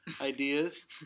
ideas